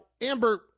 Amber